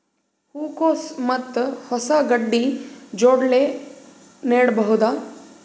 ಹೂ ಕೊಸು ಮತ್ ಕೊಸ ಗಡ್ಡಿ ಜೋಡಿಲ್ಲೆ ನೇಡಬಹ್ದ?